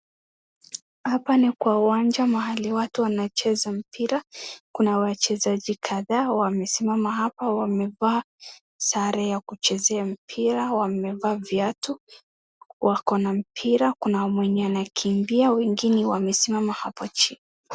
Hapa ni kwa uwanja mahali watu wanacheza mpira kuna wachezaji kadhaa wamesimama hapa wamevaa sare ya kuchezea mpira wamevaa viatu wako na mpira kuna mwenye anakimbia wengine wanasimama hapo chini.